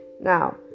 now